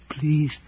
please